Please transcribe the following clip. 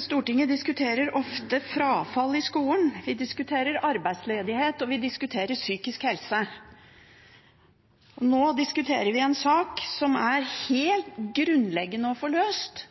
Stortinget diskuterer ofte frafall i skolen. Vi diskuterer arbeidsledighet, og vi diskuterer psykisk helse. Nå diskuterer vi en sak som det er helt grunnleggende å få løst,